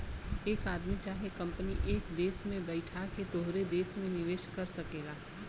एक आदमी चाहे कंपनी एक देस में बैइठ के तोहरे देस मे निवेस कर सकेला